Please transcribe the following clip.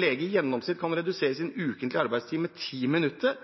lege i gjennomsnitt kan redusere sin ukentlige arbeidstid med ti minutter.